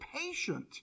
patient